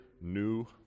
new